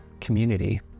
community